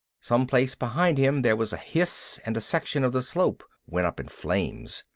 someplace behind him there was a hiss, and a section of the slope went up in flames.